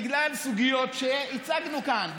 בגלל סוגיות שהצגנו כאן,